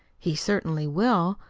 he certainly will.